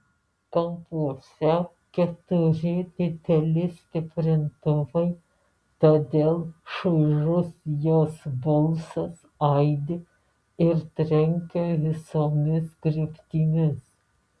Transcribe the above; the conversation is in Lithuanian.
kampuose keturi dideli stiprintuvai todėl šaižus jos balsas aidi ir trenkia visomis kryptimis